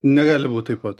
negali būt taip pat